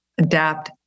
Adapt